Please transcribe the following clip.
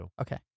Okay